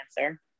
answer